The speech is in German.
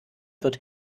wird